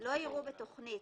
לא יראו בתכנית